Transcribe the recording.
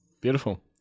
Beautiful